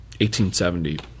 1870